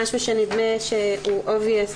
משהו שנדמה שהוא ברור מאליו,